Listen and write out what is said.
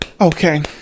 Okay